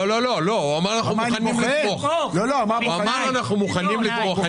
הוא אמר: אנחנו מוכנים לתמוך.